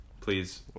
please